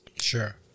Sure